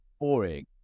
boring